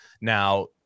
Now